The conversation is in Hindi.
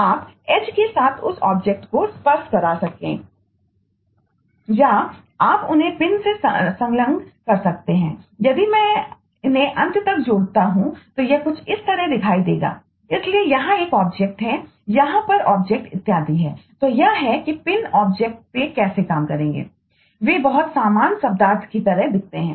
आप कहते हैं कि टोकन कैसे काम करेंगे वे बहुत समान शब्दार्थ की तरह दिखते हैं